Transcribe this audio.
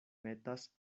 metas